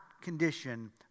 condition